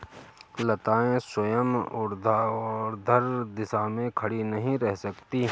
लताएं स्वयं ऊर्ध्वाधर दिशा में खड़ी नहीं रह सकती